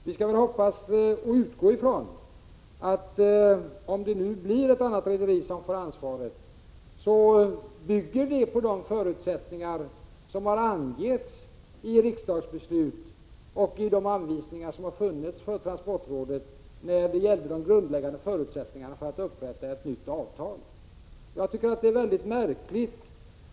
Vi skall dock hoppas — och utgå ifrån — att om det nu blir ett annat rederi som får ansvaret, så bygger avtalet på de förutsättningar som har angetts i riksdagsbeslut och i de anvisningar som har funnits för Transportrådet när det gäller de grundläggande villkoren för att upprätta ett nytt avtal.